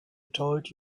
told